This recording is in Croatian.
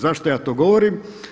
Zašto ja to govorim?